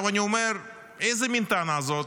אני אומר, איזו מין טענה זאת?